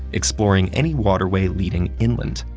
exploring any water way leading inland.